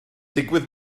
digwydd